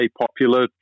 popular